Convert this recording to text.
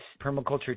permaculture